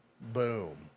Boom